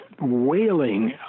wailing